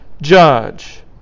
judge